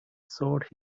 sought